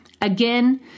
Again